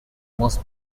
most